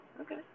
Okay